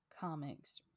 comics